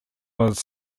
was